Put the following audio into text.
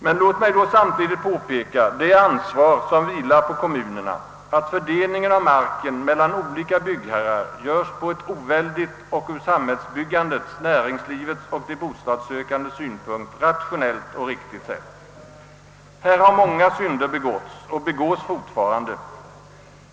Men jag vill samtidigt fästa uppmärksamheten på det ansvar som vilar på kommunerna för att fördelningen av marken mellan olika byggherrar görs på ett oväldigt och ur samhällsbyggandets, näringslivets och de bostadssökandes synpunkt rationellt och riktigt sätt. Många synder har begåtts och begås fortfarande mot denna regel.